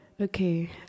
okay